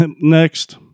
next